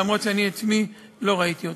אף שאני עצמי לא ראיתי אותו.